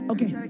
Okay